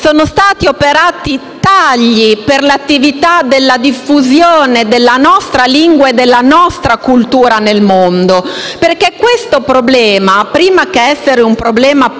sono stati operati tagli per le attività di diffusione della nostra lingua e della nostra cultura nel mondo. Questo problema, infatti, prima che essere un problema politico,